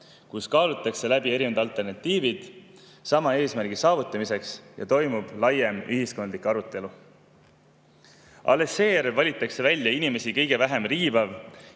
kus kaalutakse läbi erinevad alternatiivid sama eesmärgi saavutamiseks ja toimub laiem ühiskondlik arutelu. Alles seejärel valitakse välja inimesi kõige vähem riivav